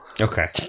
okay